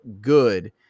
good